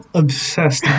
obsessed